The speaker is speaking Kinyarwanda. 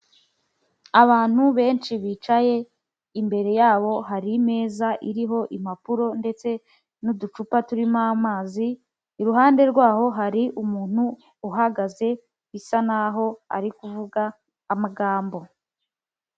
Abantu benshi bicaye imbere yabo hari imeza iriho impapuro ndetse n'uducupa turimo amazi iruhande rwaho hari umuntu uhagaze usa naho ari kuvuga amagambo.